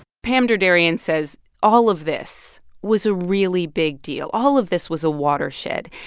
pam derderian says all of this was a really big deal. all of this was a watershed.